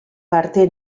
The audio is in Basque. parte